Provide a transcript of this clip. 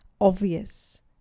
obvious